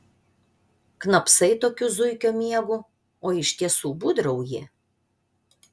knapsai tokiu zuikio miegu o iš tiesų būdrauji